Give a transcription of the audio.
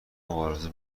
مبارزه